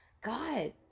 God